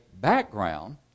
background